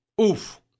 Oof